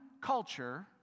culture